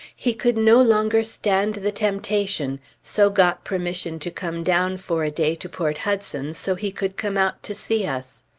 he could no longer stand the temptation, so got permission to come down for a day to port hudson so he could come out to see us.